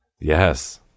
Yes